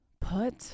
Put